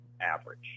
average